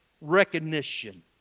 recognition